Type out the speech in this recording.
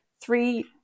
three